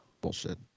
Bullshit